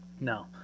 no